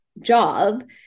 job